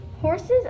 Horses